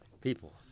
people